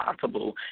possible